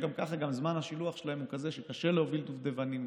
שגם ככה זמן השילוח שלהם הוא כזה שקשה להוביל דובדבנים,